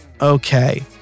Okay